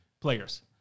players